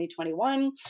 2021